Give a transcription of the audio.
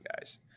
guys